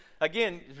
Again